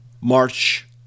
March